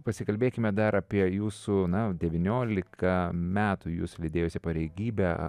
pasikalbėkime dar apie jūsų na devyniolika metų jus lydėjusią pareigybę